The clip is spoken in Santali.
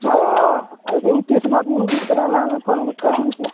ᱦᱳᱭ ᱟᱹᱵᱤᱱ ᱛᱤᱥ ᱱᱟᱦᱟᱜ ᱵᱤᱱ ᱦᱤᱡᱩᱜ ᱠᱟᱱᱟ ᱱᱟᱦᱟᱜ ᱚᱱᱟ ᱜᱮᱛᱚ